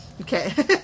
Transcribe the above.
Okay